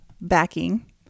backing